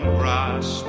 grass